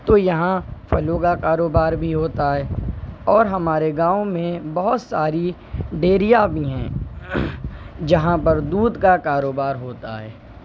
تو یہاں پھلوں کا کاروبار بھی ہوتا ہے اور ہمارے گاؤں میں بہت ساری ڈیریاں بھی ہیں جہاں پر دودھ کا کاروبار ہوتا ہے